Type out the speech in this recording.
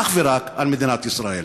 ואך ורק, על מדינת ישראל.